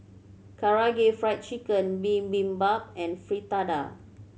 Karaage Fried Chicken Bibimbap and Fritada